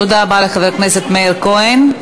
תודה רבה לחבר הכנסת מאיר כהן.